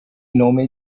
nome